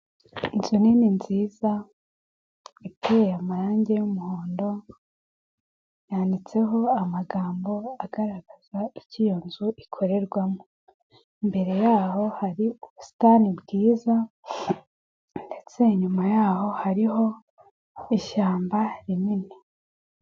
Inzu nini nziza iteye amarangi y'umuhondo yanditseho amagambo agaragaza icyo iyo nzu ikorerwamo. Imbere yaho hari ubusitani bwiza ndetse inyuma yaho hariho ishyamba rinini.